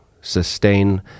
sustain